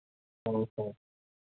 ᱦᱳᱭ ᱦᱳᱭ